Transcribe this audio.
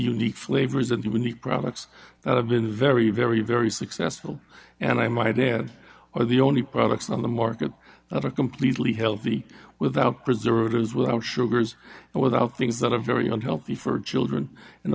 unique flavors and even the products that have been very very very successful and i my dad are the only products on the market of a completely healthy without preservatives without sugars and without things that are very unhealthy for children and